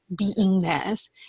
beingness